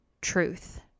truth